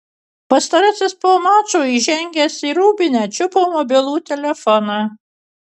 pastarasis po mačo įžengęs į rūbinę čiupo mobilų telefoną